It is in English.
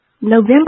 November